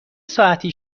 ساعتی